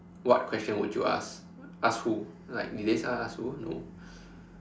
what question would you ask ask who like did they say ask who no